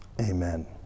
Amen